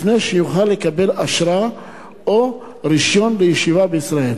לפני שיוכל לקבל אשרה או רשיון לישיבה בישראל.